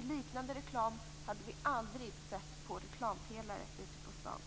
En liknande reklam hade vi aldrig sett på reklampelare ute på stan.